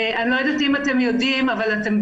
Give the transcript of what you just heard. אני לא יודעת אם אתם יודעים ויודעות,